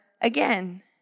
again